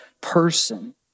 person